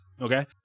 okay